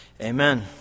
Amen